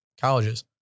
colleges